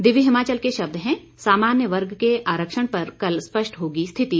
दिव्य हिमाचल के शब्द हैं सामान्य वर्ग के आरक्षण पर कल स्पष्ट होगी स्थिति